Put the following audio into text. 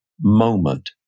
moment